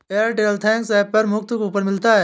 Airtel thanks app पर मुफ्त coupon मिलता है